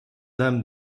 dam